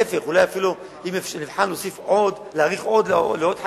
להיפך, אם נוכל להאריך לעוד חקלאים,